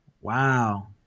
Wow